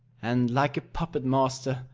and, like a puppet-master,